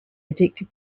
addicted